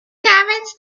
governs